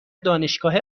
دانشگاه